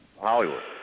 Hollywood